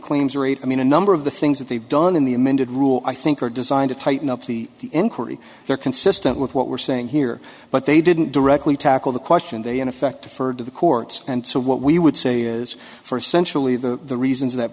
claims rate i mean a number of the things that they've done in the amended rule i think are designed to tighten up the inquiry they're consistent with what we're saying here but they didn't directly tackle the question they in effect for the courts and so what we would say is first sensually the reasons that